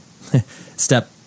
step